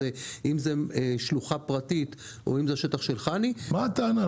אם זה שלוחה פרטית או אם זה השטח של חנ"י- -- לא הבנתי את הטענה.